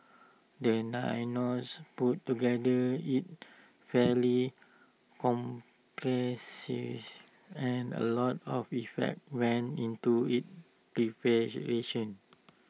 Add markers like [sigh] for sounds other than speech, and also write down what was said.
the [unintelligible] put together is fairly comprehensive and A lot of effect went into its preparation